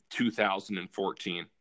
2014